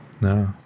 No